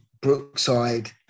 Brookside